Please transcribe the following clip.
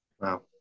Wow